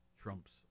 Trump's